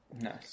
Nice